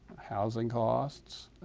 housing costs,